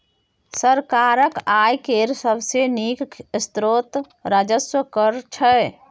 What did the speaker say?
सरकारक आय केर सबसे नीक स्रोत राजस्व कर छै